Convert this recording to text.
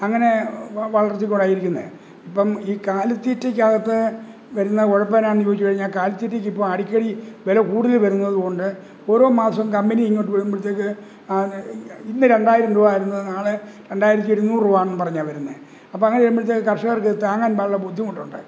അങ്ങനെ വളർത്തി കൊണ്ടാ ഇരിക്കുന്നത് ഇപ്പോള് ഈ കാലിത്തീറ്റയ്ക്കകത്ത് വരുന്ന കുഴപ്പം എന്നാന്ന് ചോദിച്ചുകഴിഞ്ഞാൽ ഈ കാലിത്തീറ്റക്കിപ്പോള് അടിക്കടി വില കൂടി വരുന്നതുകൊണ്ട് ഓരോ മാസം കമ്പനി ഇങ്ങോട്ട് വരുമ്പോഴത്തേക്ക് ആ ഇന്ന് രണ്ടായിരം രൂപ ആയിരുന്നത് നാളെ രണ്ടായിരത്തി ഇരുനൂറൂ രൂപ എന്നു പറഞ്ഞാണ് വരുന്നത് അപ്പോള് അങ്ങനെ വരുമ്പോഴത്തേക്ക് കർഷകർക്ക് താങ്ങാൻ വളരെ ബുദ്ധിമുട്ടുണ്ട്